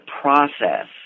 process